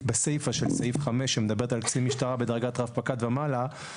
בסיפא של סעיף 5 שמדברת על קצין משטרה בדרגת רב פקד ומעלה,